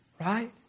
right